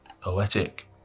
Poetic